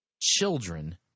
children